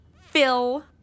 Phil